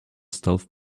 stealth